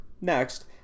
Next